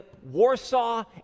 Warsaw